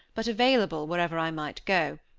but available, wherever i might go,